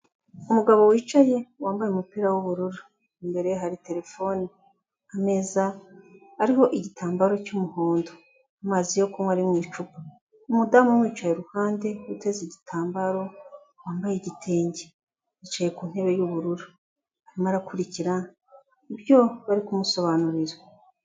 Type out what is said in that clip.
Umugabo wicaye wambaye umupira w'ubururu imbere ye hari terefone ku ameza harihoho igitambaro cy'umuhondo amazi yo kunywa ari mu icupa umudamu wicaye iruhande uteze igitambaro wambaye igitenge yicaye ku ntebe y'ubururu arimo arakurikira ibyo bari kumusobanurira.